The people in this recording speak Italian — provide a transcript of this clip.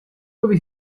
dove